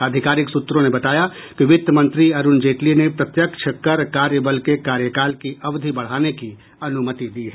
आधिकारिक सूत्रों ने बताया कि वित्त मंत्री अरूण जेटली ने प्रत्यक्ष कर कार्यबल के कार्यकाल की अवधि बढ़ाने की अनुमति दी है